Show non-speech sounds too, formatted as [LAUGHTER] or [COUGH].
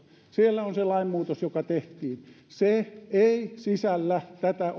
siellä on se lainmuutos joka tehtiin se ei sisällä tätä [UNINTELLIGIBLE]